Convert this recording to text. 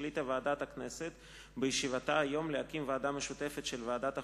החליטה ועדת הכנסת בישיבתה היום להקים ועדה משותפת של ועדת החוקה,